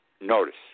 Notice